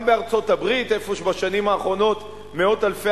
גם בארצות-הברית בשנים האחרונות מאות אלפי